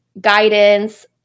guidance